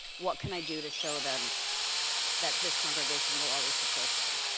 what can i do to show them that this congregation will always support them?